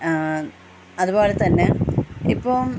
അതുപോലെ തന്നെ ഇപ്പോള്